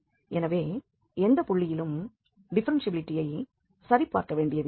எனவே எந்த புள்ளியிலும் டிஃப்ஃபெரென்ஷியபிலிட்டியை சரிபார்க்க வேண்டியதில்லை